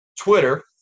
Twitter